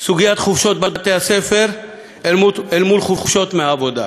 סוגיית חופשות בתי-הספר אל מול חופשות מהעבודה,